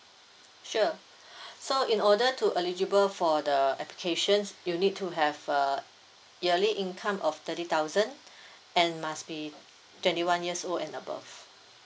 sure so in order to eligible for the application you need to have a yearly income of thirty thousand and must be twenty one years old and above